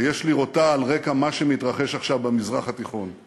ויש לראותה על רקע מה שמתרחש עכשיו במזרח התיכון.